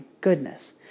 goodness